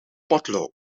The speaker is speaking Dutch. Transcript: potlood